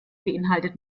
beinhaltet